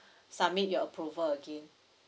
submit your approval again